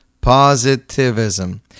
positivism